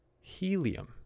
Helium